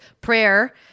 prayer